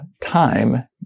time